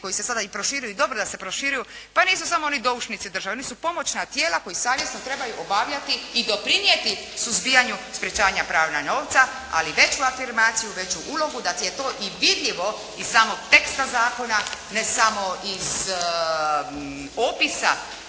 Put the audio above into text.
koji se sada i proširuju i dobro je da se proširuju, pa nisu samo oni doušnici države, oni su pomoćna tijela koji savjesno trebaju obavljati i doprinijeti suzbijanju sprječavanja pranja novca, ali veću afirmaciju, veću ulogu, da je to i vidljivo iz samog teksta zakona, ne samo iz opisa